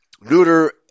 neuter